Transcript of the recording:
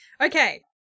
Okay